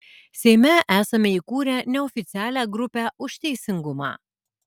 seime esame įkūrę neoficialią grupę už teisingumą